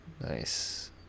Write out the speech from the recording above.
Nice